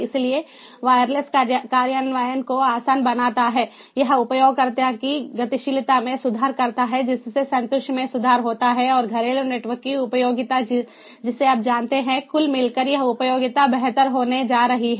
इसलिए वायरलेस कार्यान्वयन को आसान बनाता है यह उपयोगकर्ताओं की गतिशीलता में सुधार करता है जिससे संतुष्टि में सुधार होता है और घरेलू नेटवर्क की उपयोगिता जिसे आप जानते हैं कुल मिलाकर यह उपयोगिता बेहतर होने जा रही है